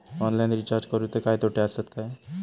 Online recharge करुचे काय तोटे आसत काय?